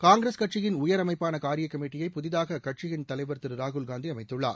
காங்கிரஸ் கட்சியின் உயர் அமைப்பான காரிய கமிட்டியை புதிதாக அக்கட்சியின் தலைவர் திரு ராகுல் காந்தி அமைத்துள்ளார்